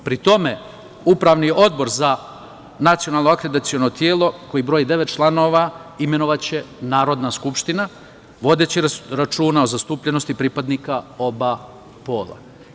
Pri tome, upravni odbor za nacionalno akreditaciono telo koji broji devet članova imenovaće Narodna skupština, vodeći računa o zastupljenosti pripadnika oba pola.